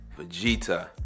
Vegeta